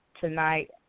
tonight